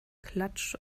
klatsch